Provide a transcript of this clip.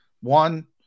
One